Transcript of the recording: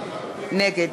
נגד